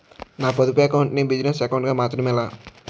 నా పొదుపు అకౌంట్ నీ బిజినెస్ అకౌంట్ గా మార్చడం ఎలా?